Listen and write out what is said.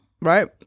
right